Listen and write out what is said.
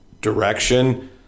direction